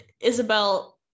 Isabel